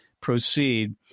proceed